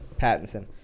Pattinson